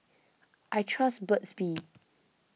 I trust Burt's Bee